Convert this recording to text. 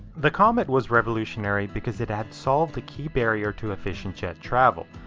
the comet was revolutionary because it had solved a key barrier to efficient jet travel.